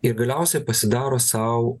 ir galiausiai pasidaro sau